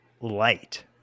light